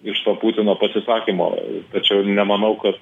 iš to putino pasisakymo tačiau nemanau kad